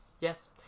Yes